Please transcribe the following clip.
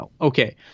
Okay